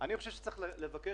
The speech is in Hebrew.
דבר שני, לצערי